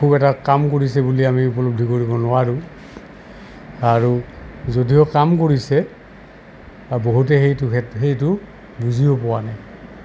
খুব এটা কাম কৰিছে বুলি আমি উপলব্ধি কৰিব নোৱাৰোঁ আৰু যদিও কাম কৰিছে বহুতেই সেইটো সেইটো বুজিও পোৱা নাই